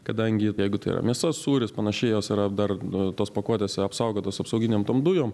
kadangi jeigu tai yra mėsa sūris panašiai jos yra dar nu tos pakuotės yra apsaugotos apsauginėm tom dujom